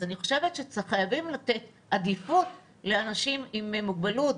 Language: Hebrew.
אז אני חושבת שחייבים לתת עדיפות לאנשים עם מוגבלות,